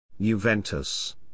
Juventus